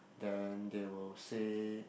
then they will say